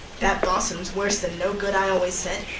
that bossns worse than no good, i always said.